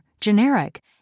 generic